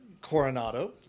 Coronado